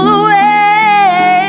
away